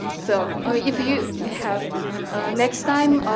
so, ah if you have next time,